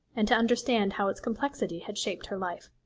and to understand how its complexity had shaped her life.